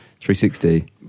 360